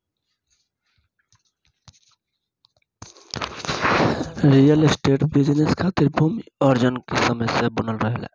real estate business खातिर भूमि अर्जन की समस्या बनल रहेला